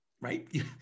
right